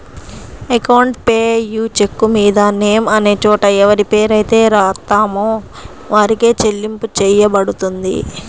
account payee చెక్కుమీద name అనే చోట ఎవరిపేరైతే రాత్తామో వారికే చెల్లింపు చెయ్యబడుతుంది